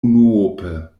unuope